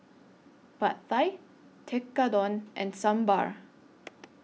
Pad Thai Tekkadon and Sambar